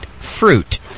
fruit